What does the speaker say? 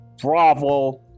bravo